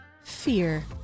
Fear